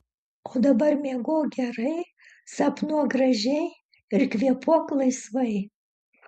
o dabar miegok gerai sapnuok gražiai ir kvėpuok laisvai